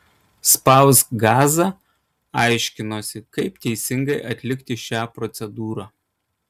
spausk gazą aiškinosi kaip teisingai atlikti šią procedūrą